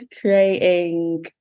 creating